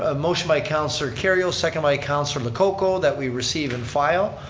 ah motion by councilor kerrio. second by councilor lococo that we receive and file.